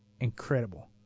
incredible